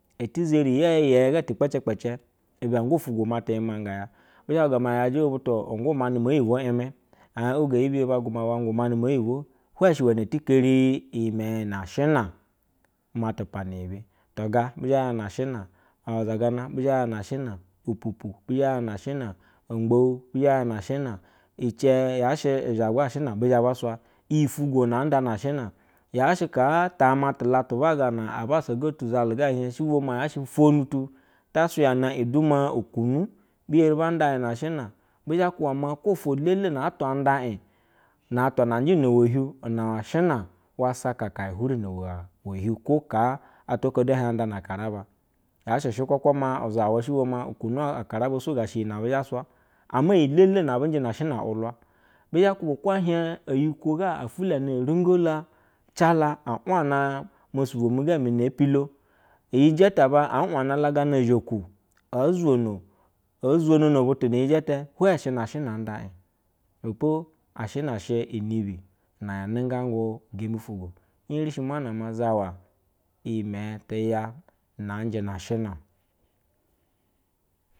Eti zeri yeye get ti kpece kpe ce ibe ugu fogwo matu ima fungo matu yima ya bi zhe huga ma yaje butu ugu mane mi yibol me ehie oge yibi yeba gwana ugu mane moyibo hwe she uwe eti keri iyimiye ya ashina, matu pana yene ti ga bizaya na ashina amazagana biza yan na ashina pupu biza yana ashina agbawu biza yana ashina ice. Yasha haa tamatulatu ba gana abussa gatun gazaluga hi sisona tasuyanain duma lukunu bi eri anda na shina bize a duma ofo cele atwaname ndai na atuana yasa hai hai luni nawa hie ko haa atwa oko oluhie anda na akaaru, yashe shɛ kwakwama uzawa she bone a haraba su gashe yina abu sira ama yilve abujɛ na ashin aulula bizelluba ko ehie eyim ga a fulani rungo lajalu e mosubo maga mune epilo iyi jele aba awana gana zoku ozomo, ozonomo butu ni iyete hie she na a shina amada ibepa a shina shɛ nibi na ya yaniga gu gembi fugulo lyeri shi manama zanma itinne ye an na anjɛ na ashina o